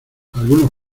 algunos